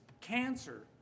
cancer